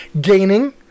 gaining